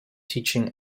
teaching